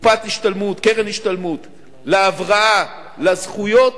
קופת השתלמות, קרן השתלמות, להבראה, לזכויות,